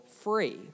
free